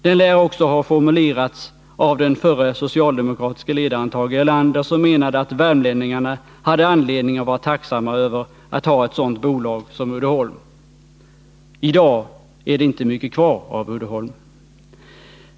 Den lär också ha formulerats av den förre socialdemokratiske ledaren Tage Erlander, som menade att värmlänningarna hade anledning att vara tacksamma över att ha ett sådant bolag som Uddeholm. I dag är det inte mycket kvar av Uddeholm.